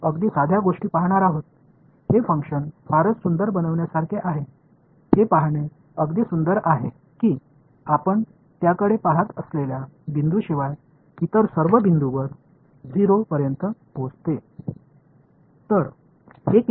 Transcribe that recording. இது மிகவும் நேர்த்தியானது இந்த ஃபங்ஷன் சரியாக உருவாக்கப்பட்டுள்ளதைப் பாருங்கள் இது ஒரு அழகான விஷயம் இது நீங்கள் பார்க்கும் புள்ளியைத் தவிர மற்ற எல்லா புள்ளிகளிலும் 0 க்குச் செல்லும்